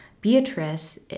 Beatrice